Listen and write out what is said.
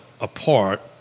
apart